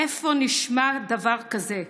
איפה נשמע דבר כזה,